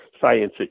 science